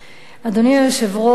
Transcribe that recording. אדוני היושב-ראש,